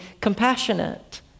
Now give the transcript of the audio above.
compassionate